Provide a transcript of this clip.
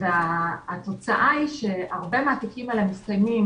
התוצאה היא שהרבה מהתיקים האלה מסתיימים